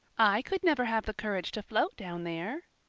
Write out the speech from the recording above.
i could never have the courage to float down there.